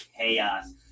Chaos